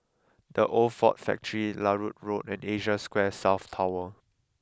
the Old Ford Factory Larut Road and Asia Square South Tower